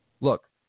Look